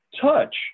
touch